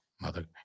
Mother